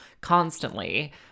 constantly